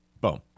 Boom